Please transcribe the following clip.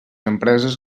empreses